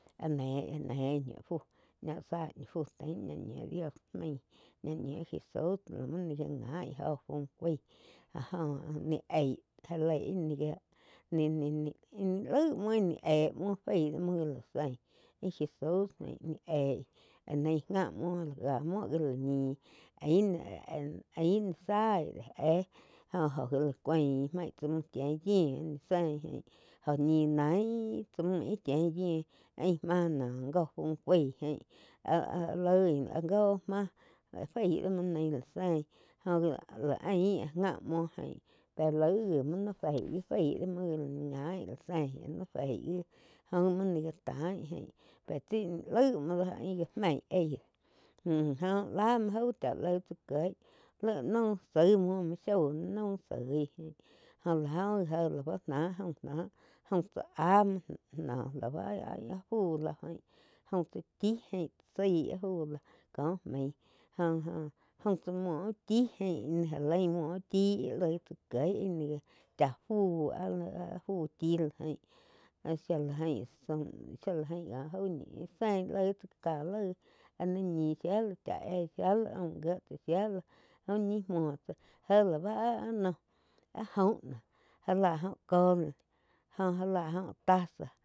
Ah ne-ne ñi fu ñáh záh ni fu tain ña ñiu dios main ñiu jesus la muo ni gá gain jó fu caig áh joh ni eih ja leí íh ni-ni loi muo ih ni éh muo faí do mu gá la zein íh jesus jain ni eig naig gá muo gá la ñih ain ain ni záh éh jo oh la cáun maig tsá muh chien yu zein joh ñi nain tsá múh ih chein yiu ain máh ngo fu caig jain áh loi áh joh máh fai do múo ni lá sein joh ni lá ain áh nja muo ain pe laig gi muo ni fei gi fai do muo ni gain zein nai feig gi joh gi muo ni gá tain jei pe tsi íh ni laig muo doh íh gá meih áih doh joh la joh la muo jáu chá laig tsá kieg laig naum saig muo, muo shoi náh shoi ná naum soi na mau zoíh ain gó lá joh gi jé lá bá ná jaum náh jaum tsá áh muo náh noh la áh áh fu lo gain jaum tsá chí jain zái áh fu loh kó maig joh joh jaum cáh muo úh chí jaim ni já lain muo úh chíh laig tsá kieg ín ni gáh chá fu áh-áh fu chí loh ain shía lá ain shía la ain kóh jau ñih sein lai ká laig áh ni ñi shía la cha éh aum jie tsá shía láh uh ñih muo tsáh jé la báh áh-áh no joh noh áh joh noh já lá óh cole jóh já lá óh tasa.